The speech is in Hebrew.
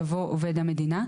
יבוא "עובד המדינה"